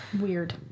weird